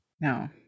No